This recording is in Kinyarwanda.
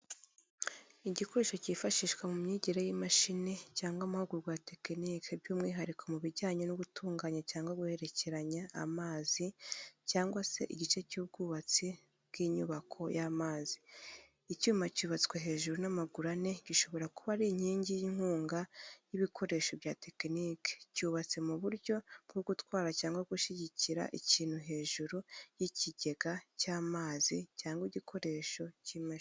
Igikoresho cyifashishwa mu myigire y’imashini cyangwa amahugurwa ya tekiniki, by’umwihariko mu bijyanye no gutunganya cyangwa guhererekanya amazi, cyangwa se igice cy’ubwubatsi bw’inyubako y’amazi. Icyuma cyubatswe hejuru n’amaguru ane gishobora kuba ari inkingi y’inkunga y’ibikoresho bya tekiniki cyubatse mu buryo bwo gutwara cyangwa gushyigikira ikintu hejuru nk'ikigega cy'amazi cyangwa igikoresho cy’imashini.